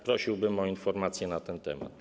Prosiłbym o informację na ten temat.